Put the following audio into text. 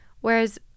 Whereas